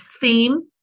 theme